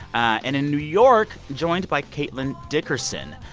and, in new york, joined by caitlin dickerson.